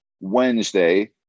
Wednesday